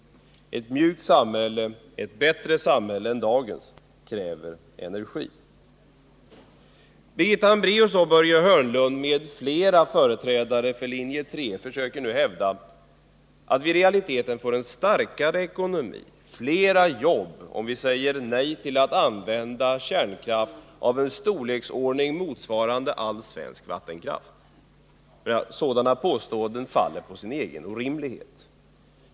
Ett mjukt samhälle — ett bättre samhälle än dagens — kräver energi. Birgitta Hambraeus, Börje Hörnlund m.fl. företrädare för linje 3 försöker nu hävda att vi i realiteten får en starkare ekonomi och fler jobb om vi säger nej till att använda kärnkraft i en omfattning som motsvarar all svensk vattenkraft. Sådana påståenden faller på sin egen orimlighet.